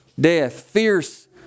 death—fierce